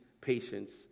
patience